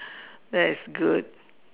that's good